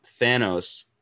Thanos